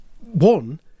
one